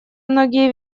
многие